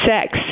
sex